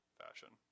fashion